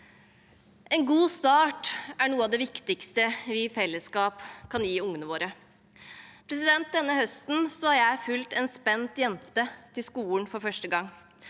En god start er noe av det viktigste vi i fellesskap kan gi ungene våre. Denne høsten har jeg fulgt ei spent jente til skolen for første gang.